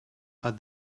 are